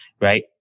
right